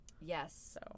Yes